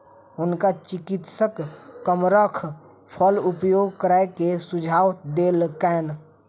हुनका चिकित्सक कमरख फल उपभोग करै के सुझाव देलकैन